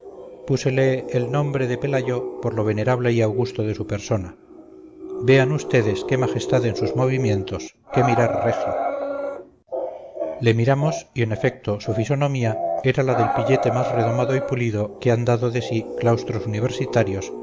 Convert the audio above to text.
púsele el nombre de pelayo por lo venerable y augusto de su persona vean ustedes qué majestad en sus movimientos qué mirar regio le miramos y en efecto su fisonomía era la del pillete más redomado y pulido que han dado de sí claustros universitarios